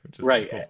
Right